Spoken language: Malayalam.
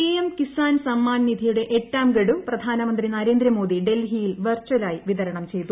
പിഎം കിസാൻ സമ്മാൻ നിധിയുടെ എട്ടാം ഗഡു പ്രധാനമന്ത്രി നരേന്ദ്രമോദി ഡൽഹിയിൽ വിർചലായി വിതരണം ചെയ്തു